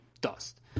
dust